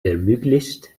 ermöglicht